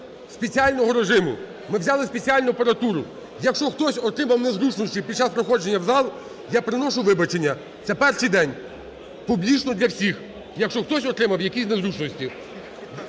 спеціального режиму, ми взяли спеціальну апаратуру. Якщо хтось отримав незручності під час проходження в зал, я приношу вибачення. Це перший день, публічно для всіх, якщо хтось отримав якісь незручності.